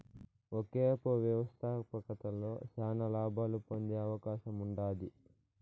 ఒకేపు వ్యవస్థాపకతలో శానా లాబాలు పొందే అవకాశముండాది